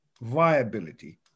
viability